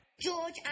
George